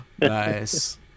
nice